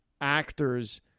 actors